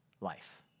life